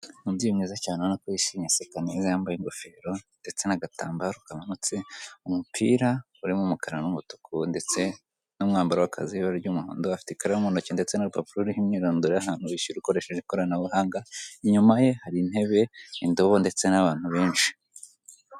Umubyeyi mwiza cyane urabona ko yishimye useka neza yambaye ingofero, ndetse n'agatambaro kamanutse umupira urimo umukara n'umutuku, ndetse n'umwambaro w'akazi w'ibara ry'umuhondo, afite ikaramu ntoki ndetse n'urupapuro ruriho imyirondoro ahantu wishyura ukoresheje ikoranabuhanga, inyuma ye hari ntebe, indobo ndetse n'abantu benshi.